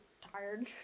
tired